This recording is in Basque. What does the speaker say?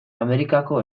amerikako